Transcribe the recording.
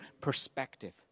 perspective